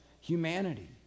humanity